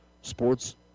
Sports